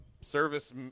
service